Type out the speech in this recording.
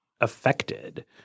affected